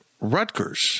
Rutgers